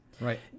Right